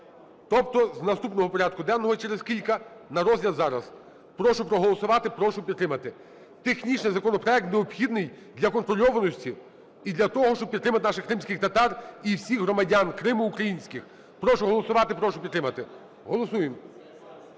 тобто з наступного порядку денного, через кілька, на розгляд зараз. Прошу проголосувати. Прошу підтримати. Технічний законопроект, необхідний для контрольованості і для того, щоб підтримати наших кримських татар і всіх громадян Криму українських. Прошу голосувати. Прошу підтримати. Голосуємо.